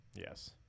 Yes